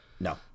no